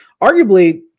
Arguably